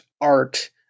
art